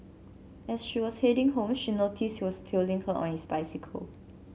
as she was heading home she noticed he was tailing her on his bicycle